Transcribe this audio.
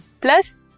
plus